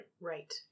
Right